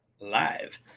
Live